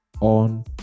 on